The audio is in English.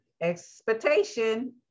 expectation